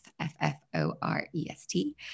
f-f-o-r-e-s-t